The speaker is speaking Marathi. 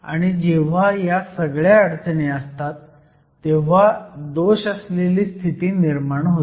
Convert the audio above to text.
आणि जेव्हा ह्या सगळ्या अडचणी असतात तेव्हा दोष असलेली स्थिती निर्माण होते